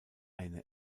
eine